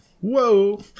Whoa